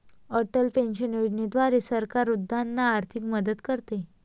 Atal pension योजनेद्वारे सरकार वृद्धांना आर्थिक मदत करते